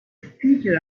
figure